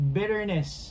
bitterness